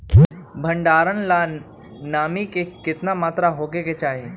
भंडारण ला नामी के केतना मात्रा राहेके चाही?